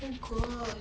oh gosh